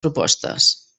propostes